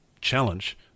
challenge